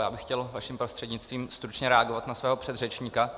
Já bych chtěl vaším prostřednictvím stručně reagovat na svého předřečníka.